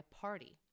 party